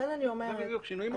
זה בדיוק שינויים מהותיים.